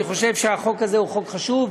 אני חושב שהחוק הזה הוא חוק חשוב.